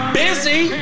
busy